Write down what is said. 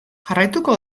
jarraituko